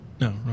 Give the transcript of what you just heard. No